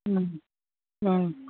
ꯎꯝ ꯑꯥ